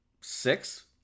six